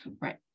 Right